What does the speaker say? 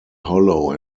hollow